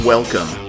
Welcome